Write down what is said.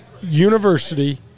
university